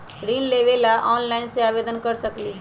ऋण लेवे ला ऑनलाइन से आवेदन कर सकली?